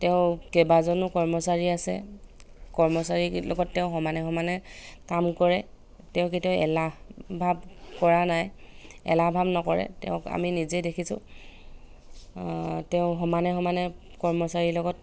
তেওঁৰ কেইবাজনো কৰ্মচাৰী আছে কৰ্মচাৰীৰ লগত তেওঁ সমানে সমানে কাম কৰে তেওঁ কেতিয়াও এলাহ ভাৱ কৰা নাই এলাহ ভাৱ নকৰে তেওঁক আমি নিজেই দেখিছোঁ তেওঁ সমানে সমানে কৰ্মচাৰীৰ লগত